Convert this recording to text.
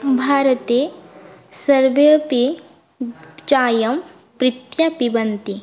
भारते सर्वे अपि चायं प्रीत्या पिबन्ति